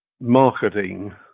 marketing